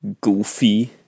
goofy